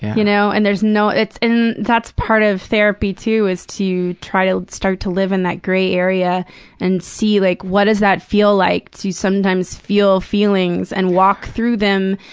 you know and there's no it's and that's part of therapy, too, is to try to start to live in that gray area and see, like, what does that feel like to sometimes feel feelings and walk through them.